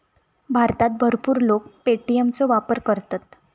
भारतात भरपूर लोक पे.टी.एम चो वापर करतत